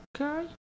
Okay